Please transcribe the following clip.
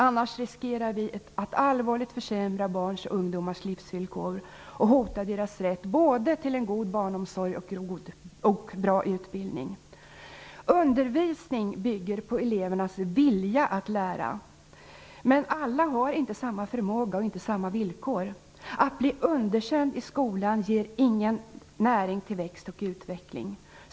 Annars riskerar vi att allvarligt försämra barns och ungdomars livsvillkor och hota deras rätt till både en god barnomsorg och en bra utbildning. Undervisning bygger på elevernas vilja att lära. Men alla har inte samma förmåga och samma villkor. Att bli underkänd i skolan ger ingen näring till växt och utveckling.